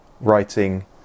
Writing